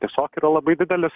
tiesiog yra labai didelis